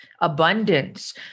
abundance